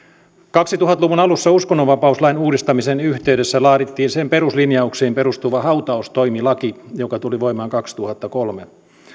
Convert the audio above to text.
kaksituhatta luvun alussa uskonnonvapauslain uudistamisen yhteydessä laadittiin sen peruslinjauksiin perustuva hautaustoimilaki joka tuli voimaan kaksituhattakolme